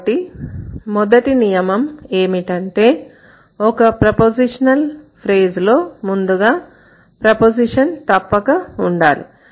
కాబట్టి మొదటి నియమం ఏమిటంటే ఒక ప్రపోజిషనల్ ఫ్రేజ్ లో ముందుగా ప్రపోజిషన్ తప్పక ఉండాలి